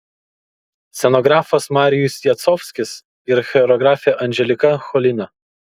scenografas marijus jacovskis ir choreografė anželika cholina